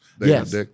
Yes